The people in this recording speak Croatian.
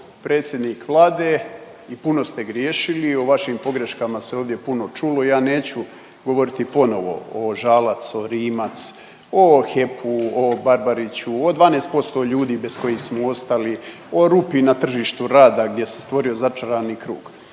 predsjednik Vlade i puno ste griješili i o vašim pogreškama se ovdje puno čulo, ja neću govoriti ponovo o Žalac, o Rimac, o HEP-u, o Barbariću, o 12% ljudi bez kojih smo ostali, o rupi na tržištu rada gdje se stvorio začarani krug.